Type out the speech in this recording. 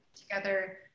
together